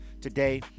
today